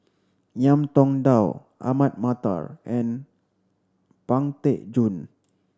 Ngiam Tong Dow Ahmad Mattar and Pang Teck Joon